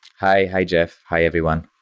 hi. hi, jeff. hi, everyone.